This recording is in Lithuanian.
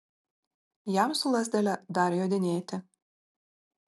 jam su lazdele dar jodinėti